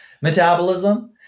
metabolism